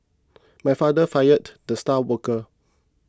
my father fired the star worker